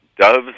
doves